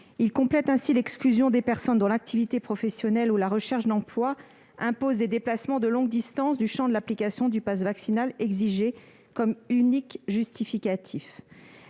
compléter l'exclusion des personnes auxquelles l'activité professionnelle ou la recherche d'emploi impose des déplacements de longue distance du champ de l'application du passe vaccinal, exigé comme unique justificatif.